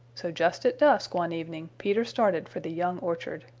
so just at dusk one evening, peter started for the young orchard.